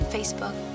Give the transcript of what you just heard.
Facebook